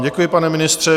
Děkuji vám, pane ministře.